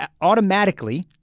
automatically